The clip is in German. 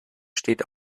steht